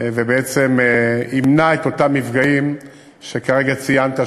ובעצם ימנע את אותם מפגעים שכרגע ציינת,